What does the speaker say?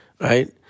right